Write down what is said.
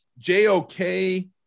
JOK